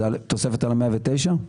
זה תוספת על ה-109?